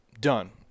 done